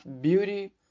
beauty